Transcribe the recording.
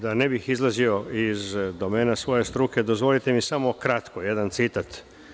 Da ne bih izlazio iz domena svoje struke, dozvolite mi samo kratko jedan citat.